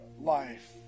life